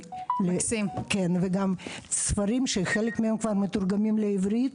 יש ספרים שחלקם כבר מתורגמים לעברית,